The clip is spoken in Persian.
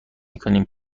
میکنیم